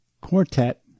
quartet